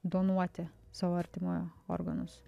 donuoti savo artimojo organus